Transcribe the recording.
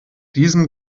diesem